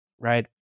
Right